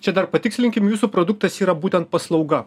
čia dar patikslinkim jūsų produktas yra būtent paslauga